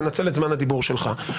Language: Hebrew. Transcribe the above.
תנצל את זמן הדיבור שלך.